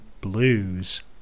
Blues